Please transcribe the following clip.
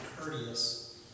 courteous